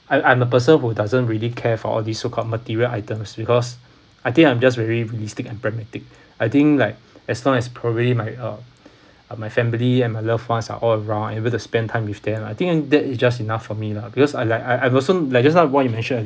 I I'm a person who doesn't really care for all this so called material items because I think I'm just really realistic and pragmatic I think like as long as probably my uh uh my family and my loved ones are all round I'm able to spend time with them I think that is just enough for me lah because I like I I also like just now what you mention